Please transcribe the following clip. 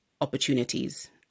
opportunities